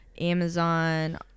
Amazon